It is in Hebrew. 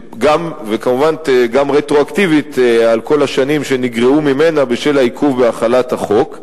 וכמובן רטרואקטיבית על כל השנים שנגרעו ממנה בשל העיכוב בהחלת החוק.